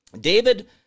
David